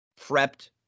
prepped